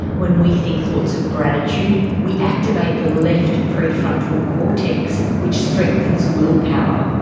when we think thoughts of gratitude, we activate the left prefrontal cortex which strengthens willpower.